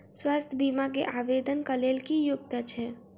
स्वास्थ्य बीमा केँ आवेदन कऽ लेल की योग्यता छै?